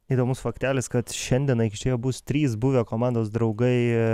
įdomus faktelis kad šiandien aikštėje bus trys buvę komandos draugai